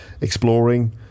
exploring